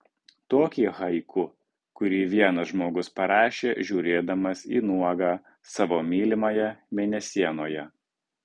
tokį haiku kurį vienas žmogus parašė žiūrėdamas į nuogą savo mylimąją mėnesienoje